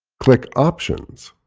click options.